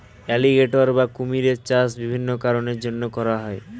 alligator বা কুমিরের চাষ বিভিন্ন কারণের জন্যে করা হয়